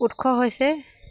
উৎস হৈছে